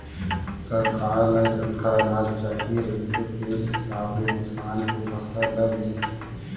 सरकार ल जतका अनाज चाही रहिथे तेन हिसाब ले किसान के फसल ल बिसाथे